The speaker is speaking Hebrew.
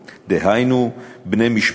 דהיינו בני-משפחה,